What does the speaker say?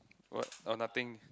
what oh nothing